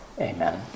amen